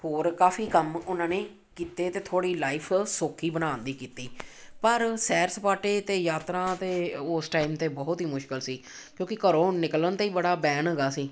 ਹੋਰ ਕਾਫੀ ਕੰਮ ਉਹਨਾਂ ਨੇ ਕੀਤੇ ਅਤੇ ਥੋੜ੍ਹੀ ਲਾਈਫ ਸੌਖੀ ਬਣਾਉਣ ਦੀ ਕੀਤੀ ਪਰ ਸੈਰ ਸਪਾਟੇ ਅਤੇ ਯਾਤਰਾ ਤਾਂ ਉਸ ਟਾਈਮ 'ਤੇ ਬਹੁਤ ਹੀ ਮੁਸ਼ਕਿਲ ਸੀ ਕਿਉਂਕਿ ਘਰੋਂ ਨਿਕਲਣ 'ਤੇ ਹੀ ਬੜਾ ਬੈਨ ਹੈਗਾ ਸੀ